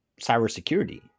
cybersecurity